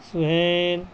Sohail